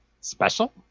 Special